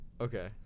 Okay